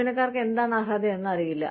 ജീവനക്കാർക്ക് എന്താണ് അർഹതയെന്ന് അറിയില്ല